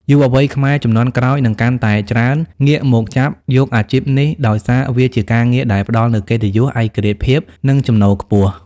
យុវវ័យខ្មែរជំនាន់ក្រោយនឹងកាន់តែច្រើនងាកមកចាប់យកអាជីពនេះ ដោយសារវាជាការងារដែលផ្ដល់នូវកិត្តិយស ឯករាជ្យភាព និងចំណូលខ្ពស់។